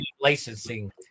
licensing